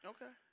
Okay